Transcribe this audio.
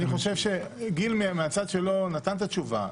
גיל מהצד שלו נתן את התשובה.